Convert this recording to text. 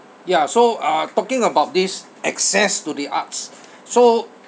yeah so uh talking about this access to the arts so